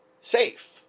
safe